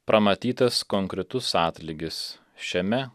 pramatytas konkretus atlygis šiame